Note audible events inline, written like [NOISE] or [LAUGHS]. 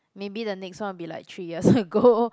maybe the next one will be like three years ago [LAUGHS]